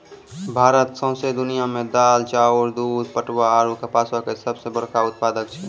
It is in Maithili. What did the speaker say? भारत सौंसे दुनिया मे दाल, चाउर, दूध, पटवा आरु कपासो के सभ से बड़का उत्पादक छै